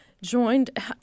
joined